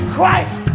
Christ